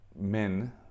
men